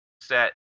set